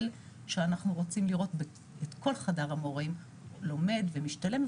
אנחנו רוצים לראות את כל חדר המורים לומד ומשתלם,